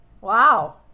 Wow